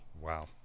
Wow